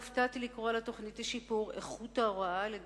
הופתעתי לקרוא על התוכנית לשיפור איכות ההוראה על-ידי